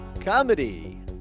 Comedy